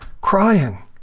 Crying